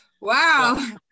Wow